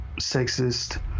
sexist